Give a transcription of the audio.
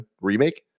Remake